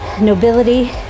nobility